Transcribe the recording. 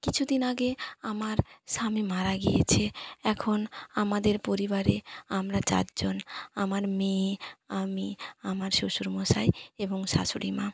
কিছুদিন আগে আমার স্বামী মারা গিয়েছে এখন আমাদের পরিবারে আমরা চার জন আমার মেয়ে আমি আমার শ্বশুর মশাই এবং শাশুড়ি মা